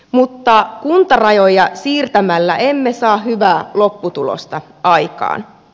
mutta kuntarajoja siirtämällä emme saa hyvää lopputulosta aikaan